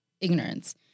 ignorance